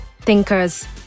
thinkers